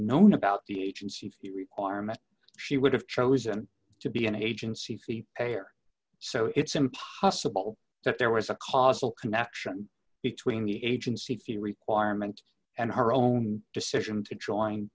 known about the agency the requirement she would have chosen to be an agency fee payer so it's impossible that there was a causal connection between the agency fee requirement and her own decision to join